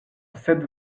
sed